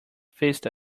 faced